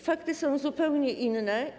Fakty są zupełnie inne.